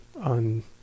on